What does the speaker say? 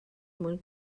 mwyn